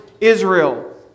Israel